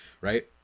right